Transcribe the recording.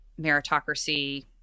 meritocracy